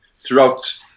throughout